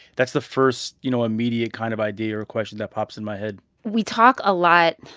that's the first, you know, immediate kind of idea or question that pops in my head we talk a lot,